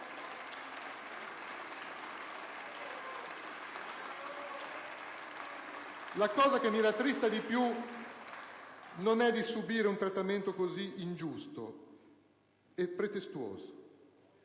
La cosa che mi rattrista di più non è di subire un trattamento così ingiusto e pretestuoso,